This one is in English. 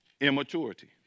immaturity